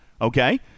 Okay